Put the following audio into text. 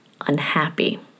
unhappy